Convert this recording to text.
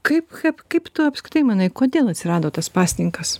kaip kap kaip tu apskritai manai kodėl atsirado tas pasninkas